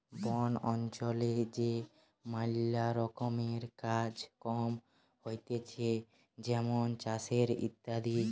বন অঞ্চলে যে ম্যালা রকমের কাজ কম হতিছে যেমন চাষের ইত্যাদি